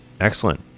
Excellent